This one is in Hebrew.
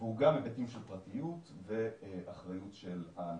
והוא גם בתפקיד של פרטיות ואחריות של ההנהלה.